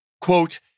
quote